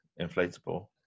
inflatable